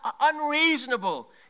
unreasonable